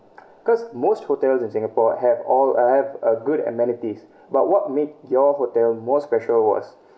cause most hotels in singapore have all uh have uh good amenities but what made your hotel most special was